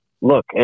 look